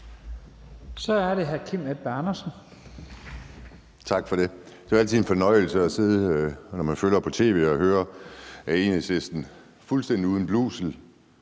Kl. 15:05 Kim Edberg Andersen (UFG): Tak for det. Det er jo altid en fornøjelse, når man følger med på tv, at høre Enhedslisten fuldstændig uden blusel